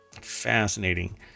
fascinating